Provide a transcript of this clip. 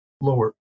lower